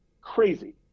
crazy